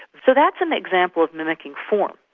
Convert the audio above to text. so that's an example of mimicking form,